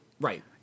Right